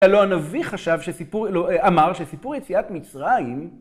אלו הנביא חשב שסיפור, לא, אמר שסיפור יציאת מצרים